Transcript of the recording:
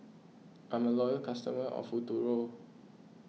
I'm a loyal customer of Futuro